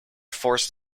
forced